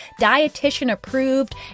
dietitian-approved